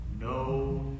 no